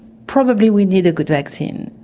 probably we need a good vaccine.